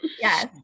Yes